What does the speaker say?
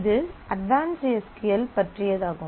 இது advanced S Q L பற்றியதாகும்